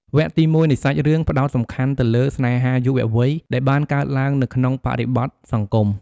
វគ្គទី១នៃសាច់រឿង ផ្តោតសំខាន់ទៅលើ ស្នេហាយុវវ័យ ដែលបានកើតឡើងនៅក្នុងបរិបទសង្គម។